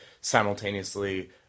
simultaneously –